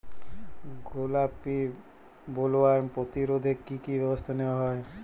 গোলাপী বোলওয়ার্ম প্রতিরোধে কী কী ব্যবস্থা নেওয়া হয়?